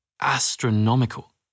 astronomical